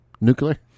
nuclear